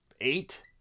eight